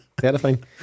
terrifying